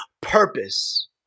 purpose